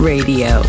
Radio